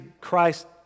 Christ